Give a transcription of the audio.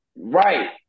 Right